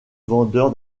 vendeur